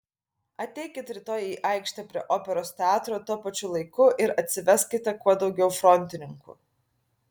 ateikit rytoj į aikštę prie operos teatro tuo pačiu laiku ir atsiveskite kuo daugiau frontininkų